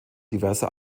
diverser